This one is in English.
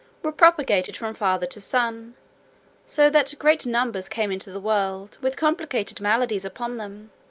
were propagated from father to son so that great numbers came into the world with complicated maladies upon them